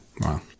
Wow